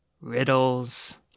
riddles